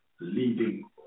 leading